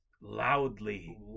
loudly